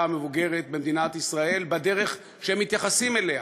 המבוגרת במדינת ישראל בדרך שמתייחסים אליה,